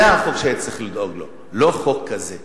זה החוק שהיית צריכה לדאוג לו, לא חוק כזה.